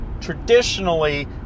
traditionally